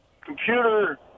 computer